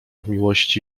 miłości